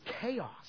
chaos